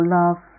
love